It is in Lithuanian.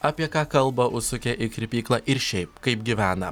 apie ką kalba užsukę į kirpyklą ir šiaip kaip gyvena